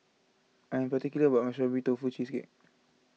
I'm particular about my Strawberry Tofu Cheesecake